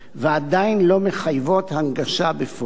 ועדיין לא מחייבות הנגשה בפועל.